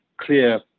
clear